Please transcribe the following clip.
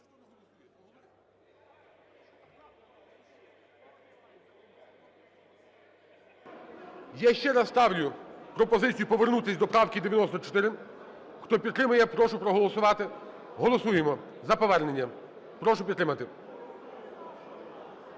Я ще раз ставлю пропозицію повернутися до правки 94. Хто підтримує, прошу проголосувати. Голосуємо за повернення. Прошу підтримати.